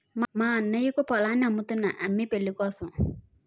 మా అన్నయ్యకు పొలాన్ని అమ్ముతున్నా అమ్మి పెళ్ళికోసం